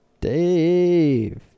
Dave